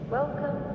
Welcome